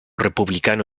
republicano